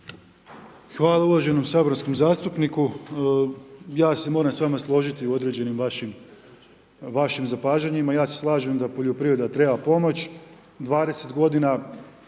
Hvala uvaženom saborskom zastupniku, ja se moram s vama složiti u određenim vašim zapažanjima. Ja se slažem da poljoprivreda treba pomoć, 20 godina